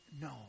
no